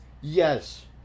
Yes